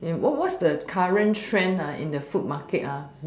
you what what's the current trend ah in the food market ah